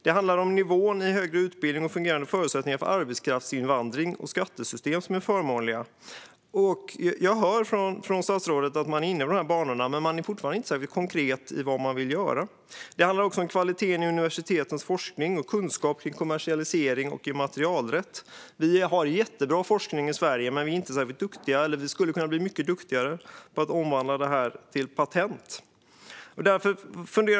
Det handlar om nivån i högre utbildning och om fungerande förutsättningar för arbetskraftsinvandring och skattesystem som är förmånliga. Jag hör från statsrådet att man är inne på de här banorna, men man är fortfarande inte särskilt konkret i vad man vill göra. Det handlar också om kvaliteten i universitetens forskning, om kunskap kring kommersialisering och immaterialrätt. Vi har jättebra forskning i Sverige, men vi skulle kunna bli mycket duktigare på att omvandla den till patent.